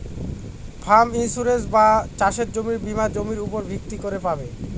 farm insurance বা চাসের জমির বীমা জমির উপর ভিত্তি করে পাবে